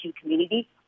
community